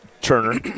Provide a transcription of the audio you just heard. Turner